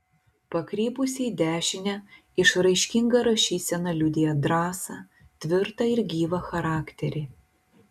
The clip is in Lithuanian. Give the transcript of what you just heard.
pakrypusi į dešinę išraiškinga rašysena liudija drąsą tvirtą ir gyvą charakterį